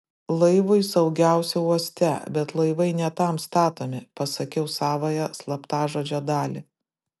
laivui saugiausia uoste bet laivai ne tam statomi pasakiau savąją slaptažodžio dalį